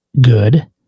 good